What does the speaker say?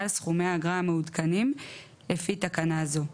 על סכומי האגרה המעודכנים לפי תקנה זו.